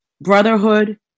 brotherhood